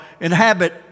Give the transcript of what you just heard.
inhabit